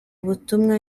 ubutumwa